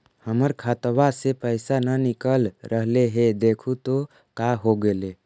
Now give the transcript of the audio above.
हमर खतवा से पैसा न निकल रहले हे देखु तो का होगेले?